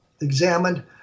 examined